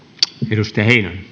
arvoisa